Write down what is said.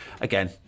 again